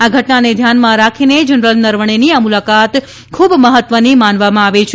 આ ઘટનાને ધ્યાનમાં રાખીને જનરલ નરવણેની આ મુલાકાત ખૂબ મહત્વની માનવામાં આવે છે